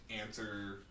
answer